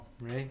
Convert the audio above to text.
right